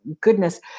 goodness